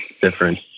different